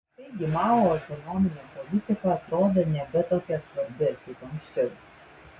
taigi mao ekonominė politika atrodo nebe tokia svarbi kaip anksčiau